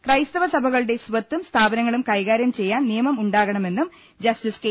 ക്രൈസ്തവ സഭകളുടെ സ്വത്തും സ്ഥാപനങ്ങളും കൈകാര്യം ചെയ്യാൻ നിയമം ഉണ്ടാകണമെന്നും ജസ്റ്റിസ് കെ